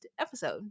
episode